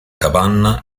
capanna